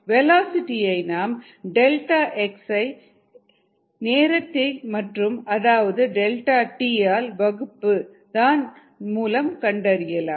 velocities v velocities ஐ நாம் delta x delta XX ஐ நேரத்தின் மாற்றம் அதாவது டெல்டா டி delta tt ஆல் வகுப்பு தன் மூலம் கண்டறியலாம்